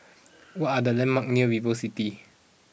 what are the landmarks near VivoCity